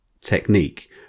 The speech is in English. technique